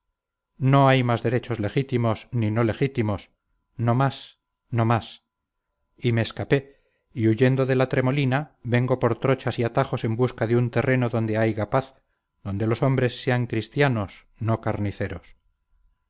no más derechos legítimos ni no legítimos no más no más y me escapé y huyendo de la tremolina vengo por trochas y atajos en busca de un terreno donde haiga paz donde los hombres sean cristianos no carniceros